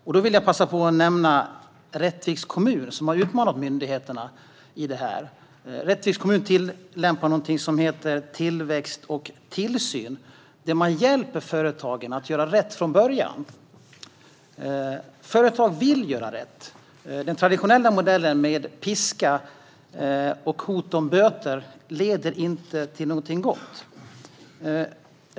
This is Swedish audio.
Låt mig då passa på att nämna Rättviks kommun, som har utmanat myndigheterna i detta. Rättviks kommun tillämpar något som heter Tillväxt och tillsyn och hjälper företagen att göra rätt från början. Företagen vill göra rätt. Den traditionella modellen med piska och hot om böter leder inte till något gott.